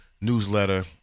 newsletter